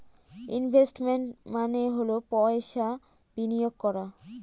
investment মানে হল পয়সা বিনিয়োগ করা